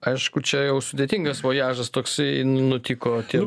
aišku čia jau sudėtingas vojažas toksai nutiko tiem